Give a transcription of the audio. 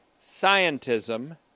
scientism